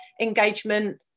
engagement